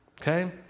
Okay